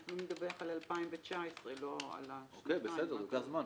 אמורים לדווח על 2019. לוקח זמן.